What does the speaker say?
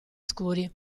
scuri